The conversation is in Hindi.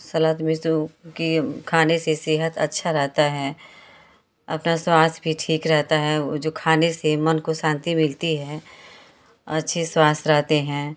सलाद में जो कि खाने से सेहत अच्छा रहता है अपना स्वास्थ भी ठीक रहता है वह जो खाने से मन को शान्ति मिलती है अच्छी स्वास्थ रहते हैं